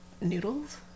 noodles